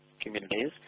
communities